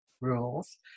rules